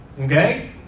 okay